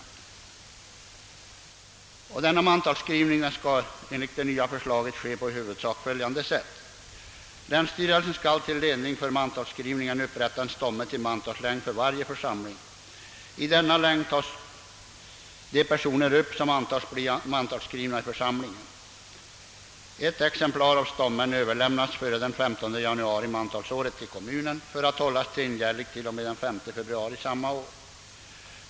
Enligt det nya förslaget skall mantalsskrivningen ske på i huvudsak följande sätt. Länsstyrelsen skall till ledning för mantalsskrivningen upprätta en stomme till mantalslängd för varje församling, och i den längden tas de personer upp som förutsättes bli mantalsskrivna i församlingen. Ett exemplar av stommen överlämnas före den 15 januari mantalsåret till kommunen och hålles där tillgänglig till och med den 5 februari samma år.